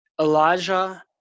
Elijah